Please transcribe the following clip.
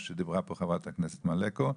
מה שדיברה פה חברת הכנסת מלקו.